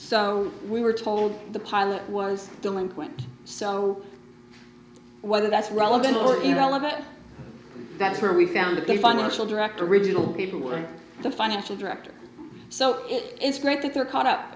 so we were told the pilot was delinquent so whether that's relevant or irrelevant that's where we found the financial director original paperwork the financial director so it's great that they're caught up